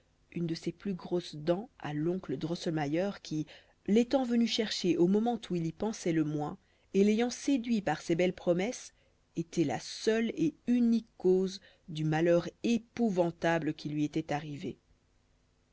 une de ses plus grosses dents à l'oncle drosselmayer qui l'étant venu chercher au moment où il y pensait le moins et l'ayant séduit par ses belles promesses était la seule et unique cause du malheur épouvantable qui lui était arrivé